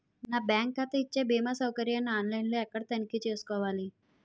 నా బ్యాంకు ఖాతా ఇచ్చే భీమా సౌకర్యాన్ని ఆన్ లైన్ లో ఎక్కడ తనిఖీ చేసుకోవాలి?